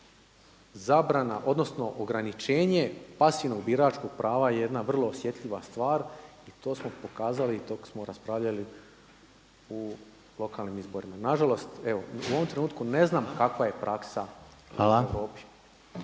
zabrana odnosno ograničenje pasivnog biračkog prava je jedna vrlo osjetljiva stvar i to smo pokazali i to smo raspravljali u lokalnim izborima. Nažalost, evo u ovom trenutku ne znam kakva je praksa u Europi.